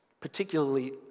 Particularly